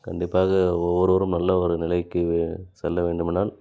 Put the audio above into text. கண்டிப்பாக ஒவ்வொருவரும் நல்ல நிலைக்கு செல்ல வேண்டுமானால்